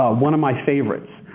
ah one of my favorites.